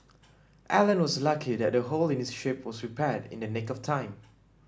Alan was lucky that the hole in his ship was repaired in the nick of time